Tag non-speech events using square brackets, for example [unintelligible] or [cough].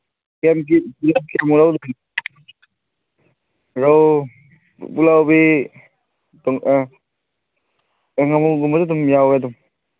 [unintelligible] ꯔꯧ ꯄꯨꯛꯂꯥꯎꯕꯤ ꯉꯥꯃꯨꯒꯨꯝꯕꯁꯨ ꯑꯗꯨꯝ ꯌꯥꯎꯋꯦ ꯑꯗꯨꯝ